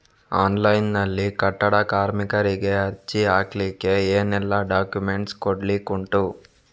Online ನಲ್ಲಿ ಕಟ್ಟಡ ಕಾರ್ಮಿಕರಿಗೆ ಅರ್ಜಿ ಹಾಕ್ಲಿಕ್ಕೆ ಏನೆಲ್ಲಾ ಡಾಕ್ಯುಮೆಂಟ್ಸ್ ಕೊಡ್ಲಿಕುಂಟು?